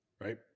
Right